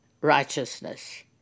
righteousness